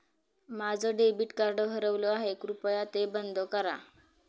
माझं debit card हरवलं आहे, कृपया ते बंद करा